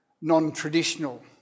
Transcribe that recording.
non-traditional